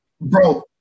Bro